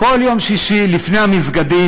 כל יום שישי, לפני המסגדים,